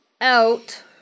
Out